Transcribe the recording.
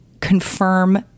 confirm